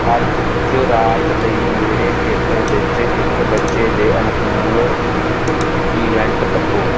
ਅੱਜ ਰਾਤ ਲਈ ਮੇਰੇ ਖੇਤਰ ਵਿੱਚ ਇੱਕ ਬੱਚੇ ਦੇ ਅਨੁਕੂਲ ਇਵੈਂਟ ਲੱਭੋ